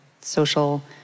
social